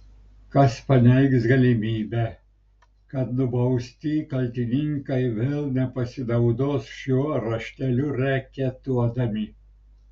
kas paneigs galimybę kad nubausti kaltininkai vėl nepasinaudos šiuo rašteliu reketuodami